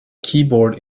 keyboard